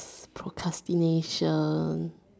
procrastination